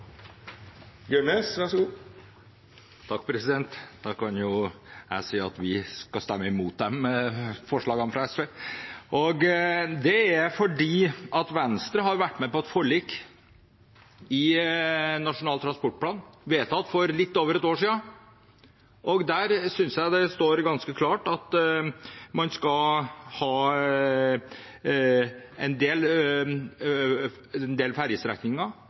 Da kan jo jeg si at vi skal stemme imot det forslaget fra SV. Det er fordi Venstre har vært med på et forlik i forbindelse med behandlingen av Nasjonal transportplan – vedtatt for litt over et år siden – og der synes jeg det står ganske klart at en del fergestrekninger bør erstattes med tunnel- eller bruløsninger. E39 er en